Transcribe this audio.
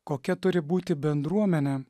kokia turi būti bendruomenė